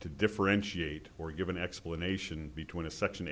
to differentiate or give an explanation between a section